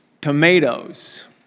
tomatoes